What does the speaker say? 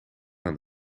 aan